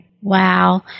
Wow